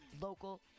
local